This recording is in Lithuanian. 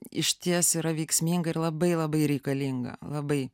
išties yra veiksminga ir labai labai reikalinga labai